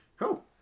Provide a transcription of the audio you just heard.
Cool